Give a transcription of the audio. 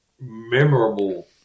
memorable